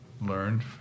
learned